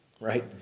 Right